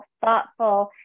thoughtful